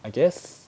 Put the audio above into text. I guess